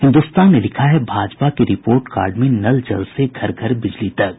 हिन्दुस्तान ने लिखा है भाजपा के रिपोर्ट कार्ड में नल जल से घर घर बिजली तक